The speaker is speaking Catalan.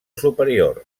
superior